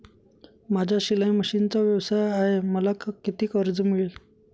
माझा शिलाई मशिनचा व्यवसाय आहे मला किती कर्ज मिळेल?